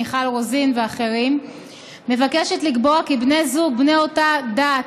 מיכל רוזין ואחרים מבקשת לקבוע כי בני זוג בני אותה דת